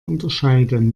unterscheiden